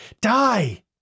Die